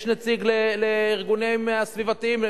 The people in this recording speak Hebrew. יש נציג לארגונים הסביבתיים,